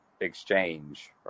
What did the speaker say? exchange